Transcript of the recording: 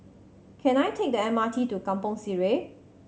can I take the M R T to Kampong Sireh